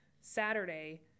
Saturday